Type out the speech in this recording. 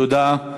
תודה.